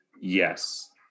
Yes